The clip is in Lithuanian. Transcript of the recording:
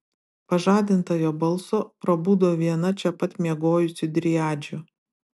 pažadinta jo balso prabudo viena čia pat miegojusių driadžių